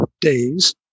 days